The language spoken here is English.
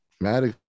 Mad